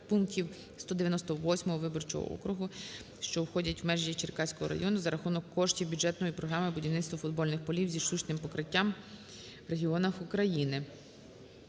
пунктів 198 виборчого округу, що входять в межі Черкаського району за рахунок коштів бюджетної програми "Будівництво футбольних полів зі штучним покриттям в регіонах України".